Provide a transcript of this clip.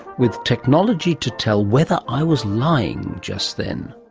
with technology to tell whether i was lying just then.